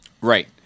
Right